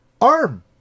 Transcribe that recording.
ARM